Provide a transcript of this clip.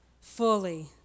fully